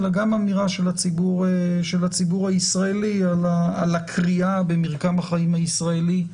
אלא גם אמירה של הציבור הישראלי על הקריעה במרקם החיים הישראלי,